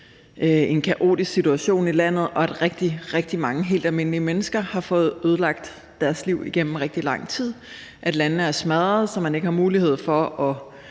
en kaotisk situation i landet, og at rigtig, rigtig mange helt almindelige mennesker har fået ødelagt deres liv i rigtig lang tid, og at landet er smadret, så man ikke har mulighed for at